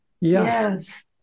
Yes